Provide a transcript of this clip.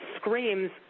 screams